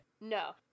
No